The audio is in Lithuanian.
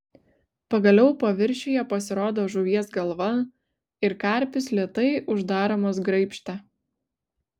pagaliau paviršiuje pasirodo žuvies galva ir karpis lėtai uždaromas graibšte